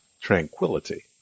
tranquility